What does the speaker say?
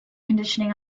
conditioning